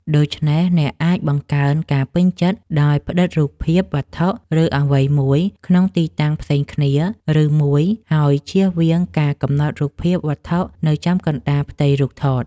ដូច្នេះ អ្នកអាចបង្កើនការពេញចិត្ត ដោយផ្តិតរូបភាពវត្ថុ ឬអ្វីមួយក្នុងទីតាំងផ្សេងៗគ្នា ឬមួយ ហើយជៀសវាងការកំណត់រូបភាពវត្ថុនៅចំកណ្តាលផ្ទៃរូបថត។